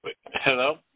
Hello